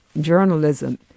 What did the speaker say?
journalism